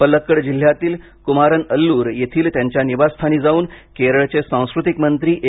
पल्लकड जिल्ह्यातील कुमारनअल्लूर येथील त्यांच्या निवासस्थानी जाऊन केरळचे सांस्कृतिक मंत्री ए